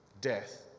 death